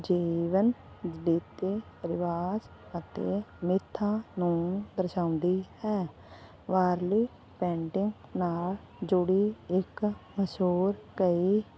ਜੀਵਨ ਦੇ ਅਤੇ ਪਰਿਵਾਰ ਅਤੇ ਮਿਥਾਂ ਨੂੰ ਦਰਸ਼ਾਉਂਦੀ ਹੈ ਵਾਰਲੀ ਪੇਂਟਿੰਗ ਨਾਲ ਜੁੜੀ ਇੱਕ ਅਸੋਰ ਕਈ